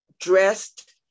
dressed